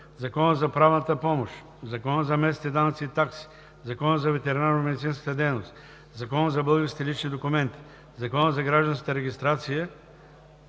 Закона за правната помощ, Закона за местните данъци и такси, Закона за ветеринарномедицинската дейност, Закона за българските лични документи, Закона за гражданската регистрация